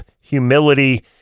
humility